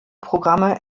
programme